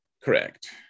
Correct